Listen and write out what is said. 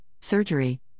surgery